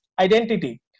identity